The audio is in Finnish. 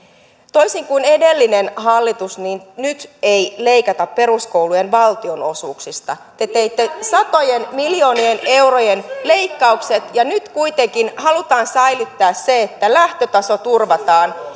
toisin kuin edellinen hallitus nyt ei leikata peruskoulujen valtionosuuksista te teitte satojen miljoonien eurojen leikkaukset ja nyt kuitenkin halutaan säilyttää se että lähtötaso turvataan